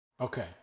Okay